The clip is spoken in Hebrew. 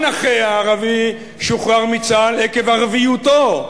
הנכה הערבי שוחרר מצה"ל עקב ערביותו.